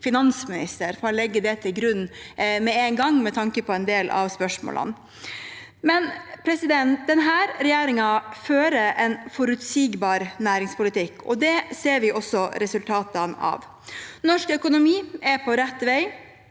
finansminister, og jeg legger det til grunn med en gang med tanke på en del av spørsmålene. Denne regjeringen fører en forutsigbar næringspolitikk, og det ser vi også resultatene av. Norsk økonomi er på rett vei,